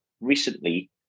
recently